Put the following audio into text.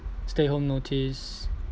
stay home notice